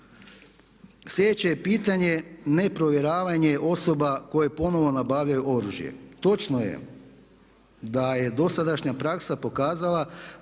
Sljedeće je pitanje ne provjeravanje osoba koje ponovno nabavljaju oružje. Točno je da je dosadašnja praksa pokazala